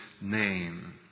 name